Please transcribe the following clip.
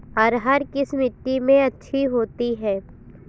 अरहर किस मिट्टी में अच्छी होती है?